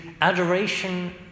adoration